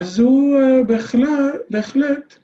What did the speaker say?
‫אז הוא בהחלט, בהחלט...